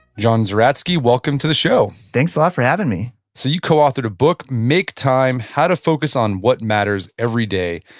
john zeratsky, welcome to the show thanks a lot for having me so, you coauthored a book, make time how to focus on what matters every day.